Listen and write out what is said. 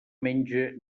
menja